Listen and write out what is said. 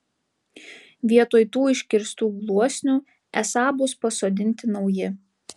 vietoj tų iškirstų gluosnių esą bus pasodinti nauji